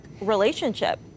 relationship